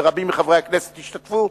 ורבים מחברי הכנסת השתתפו.